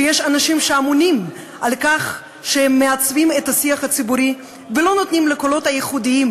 יש אנשים שאמונים על עיצוב השיח הציבורי ולא נותנים לקולות הייחודיים